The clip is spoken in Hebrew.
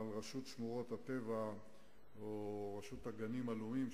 על רשות שמורות הטבע או על רשות הגנים הלאומיים,